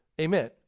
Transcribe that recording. Amen